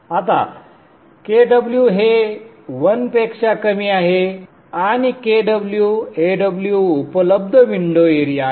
आता Kw हे 1 पेक्षा कमी आहे आणि Kw Aw उपलब्ध विंडो एरिया आहे